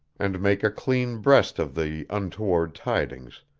and make a clean breast of the untoward tidings,